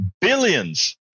billions